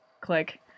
Click